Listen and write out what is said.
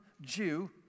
Jew